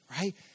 right